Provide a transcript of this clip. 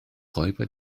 räuber